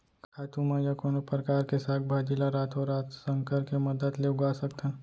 का तुमा या कोनो परकार के साग भाजी ला रातोरात संकर के मदद ले उगा सकथन?